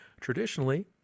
Traditionally